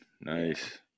nice